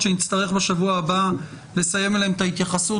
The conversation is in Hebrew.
אבל אז צריך לומר מתי זה מתחיל.